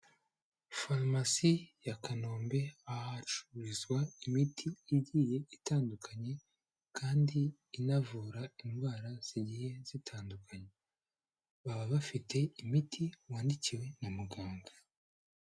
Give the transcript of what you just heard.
Farumasi ya Kanombe ahacururizwa imiti igiye itandukanye kandi inavura indwara zigiye zitandukanye, baba bafite imiti wandikiwe na muganga.